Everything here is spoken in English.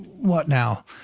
what now,